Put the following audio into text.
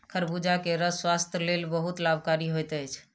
खरबूजा के रस स्वास्थक लेल बहुत लाभकारी होइत अछि